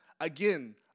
Again